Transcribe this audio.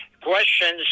questions